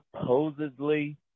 supposedly